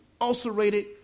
Ulcerated